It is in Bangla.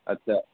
আচ্ছা